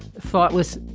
thoughtless.